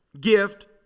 gift